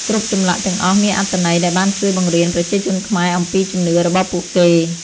គ្រប់ចម្លាក់ទាំងអស់មានអត្ថន័យដែលបានជួយបង្រៀនប្រជាជនខ្មែរអំពីជំនឿរបស់ពួកគេ។